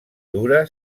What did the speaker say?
dura